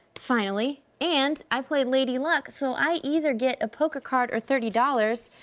finally, and i played lady luck so i either get a poker card or thirty dollars.